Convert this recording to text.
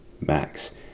Max